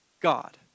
God